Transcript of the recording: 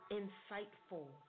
insightful